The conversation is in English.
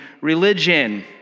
religion